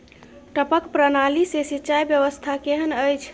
टपक प्रणाली से सिंचाई व्यवस्था केहन अछि?